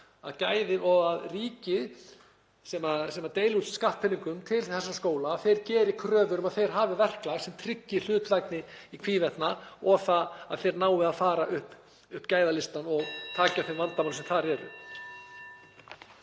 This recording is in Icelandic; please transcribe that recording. með gæðin. Ríkið, sem deilir út skattpeningum til þessara skóla, ætti að gera kröfu um að þeir hafi verklag sem tryggir hlutlægni í hvívetna og að þeir nái að fara upp gæðalistann og taki á þeim vandamálum sem þar eru.